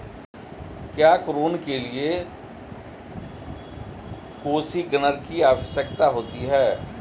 क्या ऋण के लिए कोसिग्नर की आवश्यकता होती है?